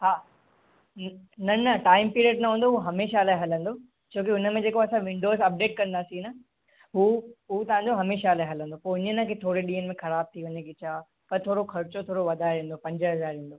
हा हम्म न न टाईम पीरियड न हूंदो उहो हमेशह लाइ हलंदो छो की उन में जेको विंडोस अपडेट कंदासीं न हू हू तव्हां जो हमेशह लाइ हलंदो पोइ ईअं न के थोरे ॾींहंनि में ख़राबु थी वञे के छा पर थोरो ख़र्चो थोरो वधारे ईंदो पंज हज़ार ईंदो